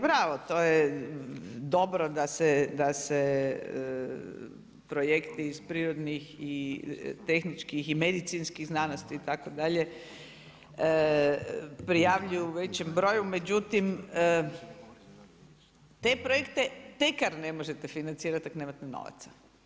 Bravo, to je dobro da se projekti iz prirodnih i tehničkih i medicinskih znanosti itd. prijavljuju u većem broju, međutim te projekte tekar ne možete financirati ako nemate novaca.